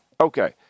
Okay